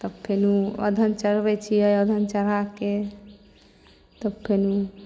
तब फेनु अधन चढ़बै छी अधन चढ़ाके तब फेनु